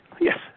Yes